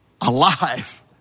alive